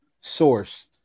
source